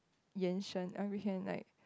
延伸 uh we can like